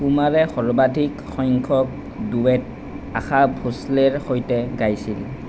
কুমাৰে সৰ্বাধিক সংখ্যক ডুৱেট আশা ভোছলেৰ সৈতে গাইছিল